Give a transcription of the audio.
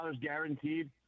guaranteed